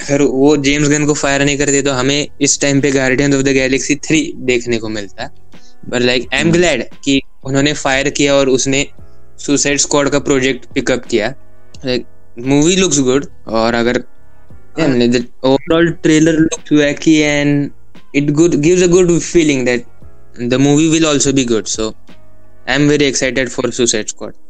अगर वो James Gunn को fire नहीं करते, तो हमें इस time पे Guardians of the Galaxy 3 देखने को मिलता। But like, I'm Hmm. glad कि उन्होंने fire किया और उसने Suicide Squad का project pick up किया। Like, movie looks good, और अगर हाँ। हमने the- overall trailer looks wacky and it good- gives a good feeling that the movie will also be good. So, I'm very excited for Suicide Squad.